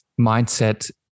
mindset